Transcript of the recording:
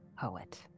poet